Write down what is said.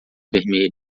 vermelha